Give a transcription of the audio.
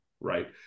Right